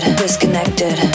disconnected